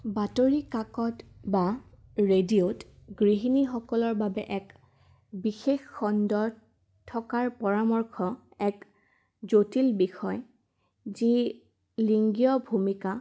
বাতৰিকাকত বা ৰেডিঅ'ত গৃহিণীসকলৰ বাবে এক বিশেষ খণ্ডত থকাৰ পৰামৰ্শ এক জটিল বিষয় যি লিংগীয় ভূমিকা